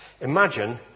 Imagine